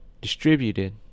distributed